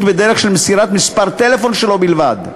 בדרך של מסירת מספר טלפון שלו בלבד,